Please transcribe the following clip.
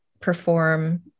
perform